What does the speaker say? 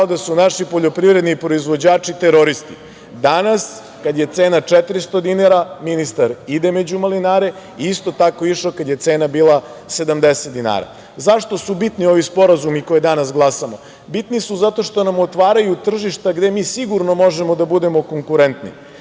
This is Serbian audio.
da su naši poljoprivredni proizvođači teroristi. Danas, kada je cena 400 dinara, ministar ide među malinare i isto tako je išao kada je cena bila 70 dinara.Zašto su bitni ovi sporazumi koje danas glasamo? Bitni su zato što nam otvaraju tržišta gde mi sigurno možemo da budemo konkurentni,